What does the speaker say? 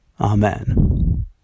Amen